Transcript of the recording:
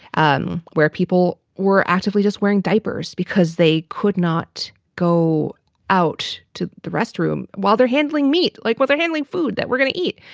um where people were actively just wearing diapers because they could not go out to the restroom while they're handling meat, like whether handling food that we're going to eat.